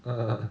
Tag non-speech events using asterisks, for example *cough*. *laughs*